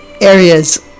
areas